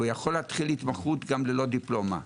הוא יכול להתחיל התמחות גם ללא דיפלומה.